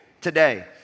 today